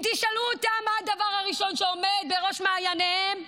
אם תשאלו אותם מה הדבר הראשון שעומד בראש מעייניהם,